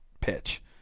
pitch